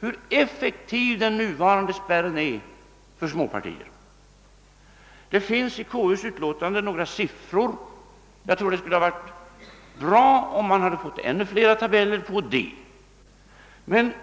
hur effektiv den nuvarande spärren är för att förhindra att småpartier får representation. Det finns i KU:s utlåtande några siffror beträffande den saken — jag tror att det hade varit bra om det hade funnits ännu fler tabeller i det avseendet.